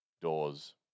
doors